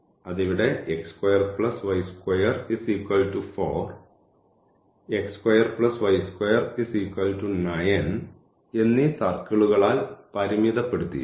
അത് ഇവിടെ എന്നീ സർക്കിളുകളാൽ പരിമിതപ്പെടുത്തിയിരിക്കുന്നു